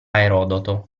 erodoto